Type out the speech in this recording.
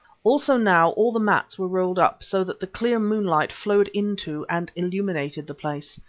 also now all the mats were rolled up, so that the clear moonlight flowed into and illuminated the place.